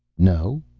no?